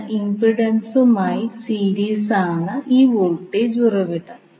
എന്ന ഇപിഡന്സുമായി സീരീസ് ആണ് ഈ വോൾട്ടേജ് ഉറവിടം